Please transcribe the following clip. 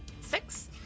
Six